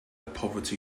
poverty